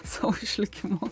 savo išlikimu